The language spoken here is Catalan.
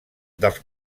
dels